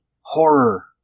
horror